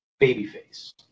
babyface